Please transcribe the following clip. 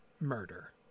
murder